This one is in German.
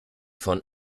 von